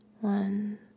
one